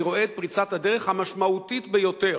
אני רואה את פריצת הדרך המשמעותית ביותר.